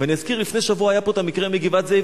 ואני אזכיר, לפני שבוע היה פה המקרה מגבעת-זאב.